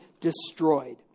destroyed